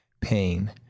pain